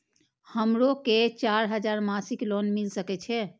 हमरो के चार हजार मासिक लोन मिल सके छे?